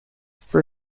for